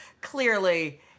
Clearly